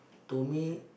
to me